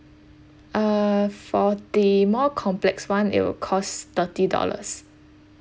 uh for the more complex one it will cost thirty dollars